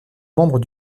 membre